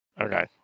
Okay